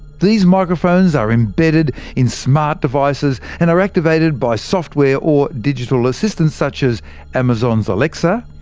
these microphones are embedded in smart devices and are activated by software or digital assistants such as amazon's alexa,